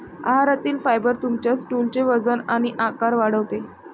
आहारातील फायबर तुमच्या स्टूलचे वजन आणि आकार वाढवते